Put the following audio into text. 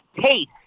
taste